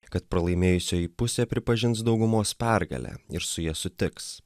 kad pralaimėjusioji pusė pripažins daugumos pergalę ir su ja sutiks